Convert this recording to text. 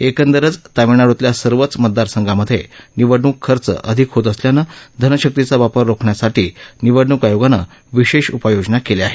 एकंदरच तामिळनाडूतल्या सर्वच मतदारसंघांमधे निवडणूक खर्च अधिक होत असल्यानं धनशकीचा वापर रोकण्यासाठी निवडणूक आयोगानं विशेष उपाययोजना केल्या आहेत